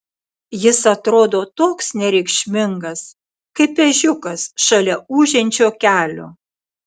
jis atrodo toks nereikšmingas kaip ežiukas šalia ūžiančio kelio